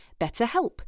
BetterHelp